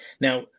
Now